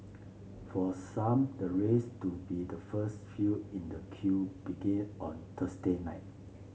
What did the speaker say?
for some the race to be the first few in the queue began on Thursday night